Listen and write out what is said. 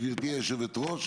גברתי היושבת-ראש,